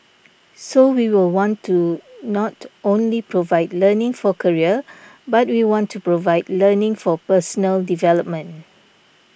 so we will want to not only provide learning for career but we want to provide learning for personal development